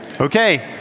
Okay